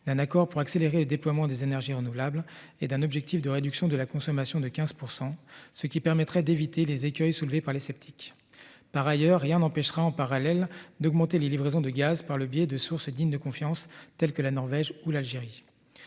d'un accord pour accélérer le déploiement des énergies renouvelables et d'un objectif de réduction de la consommation de 15%, ce qui permettrait d'éviter les écueils soulevés par les sceptiques. Par ailleurs, rien n'empêchera en parallèle d'augmenter les livraisons de gaz par le biais de sources dignes de confiance, telles que la Norvège ou l'Algérie.